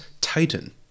titan